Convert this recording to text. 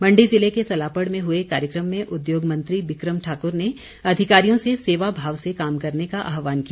मण्डी ज़िले के सलापड़ में हए कार्यक्रम में उद्योग मंत्री बिक्रम ठाकुर ने अधिकारियों से सेवा भाव से काम करने का आह्वान किया